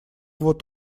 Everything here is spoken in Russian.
вот